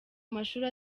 mashuri